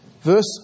Verse